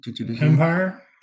Empire